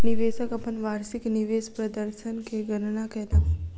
निवेशक अपन वार्षिक निवेश प्रदर्शन के गणना कयलक